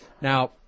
Now